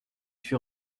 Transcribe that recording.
fut